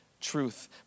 truth